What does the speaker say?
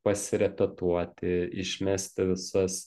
pasirepetuoti išmesti visas